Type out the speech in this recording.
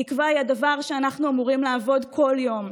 התקווה היא הדבר שאנחנו אמורים לעבוד כל יום,